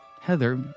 Heather